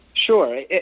Sure